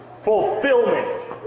fulfillment